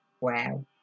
Wow